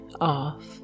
off